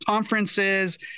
Conferences